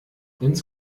ins